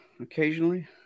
occasionally